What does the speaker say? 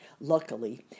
Luckily